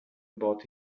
about